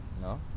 No